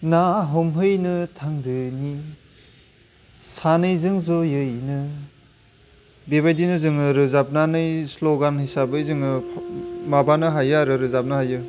ना हमहैनो थांदोनि सानैजों जयैनो बेबायदिनो जोङो रोजाबनानै स्लगान हिसाबै जोङो माबानो हायो आरो रोजाबनो हायो